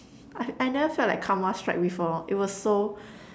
I I never felt like Karma strike before it was so